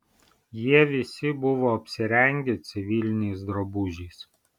jie visi buvo apsirengę civiliniais drabužiais